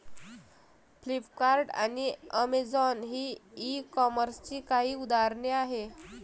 Flipkart आणि Amazon ही e कॉमर्सची काही उदाहरणे आहे